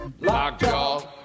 Lockjaw